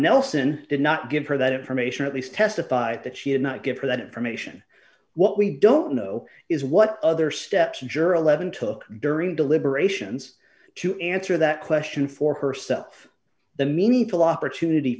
nelson did not give her that information or at least testified that she did not give her that information what we don't know is what other steps juror eleven took during deliberations to answer that question for herself the meaningful opportunity